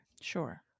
Sure